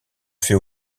fait